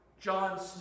John